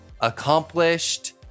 accomplished